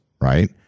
right